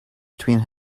between